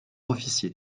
officier